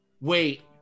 Wait